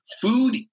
food